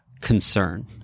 concern